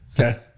Okay